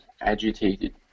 agitated